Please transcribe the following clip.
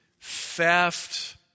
theft